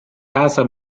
casa